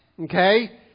okay